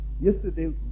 Yesterday